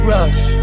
Rocks